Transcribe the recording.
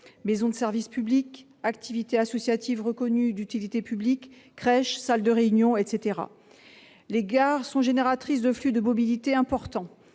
maisons de service public, activités associatives reconnues d'utilité publique, crèches, salles de réunion, etc. Les gares sont génératrices de flux de mobilité importants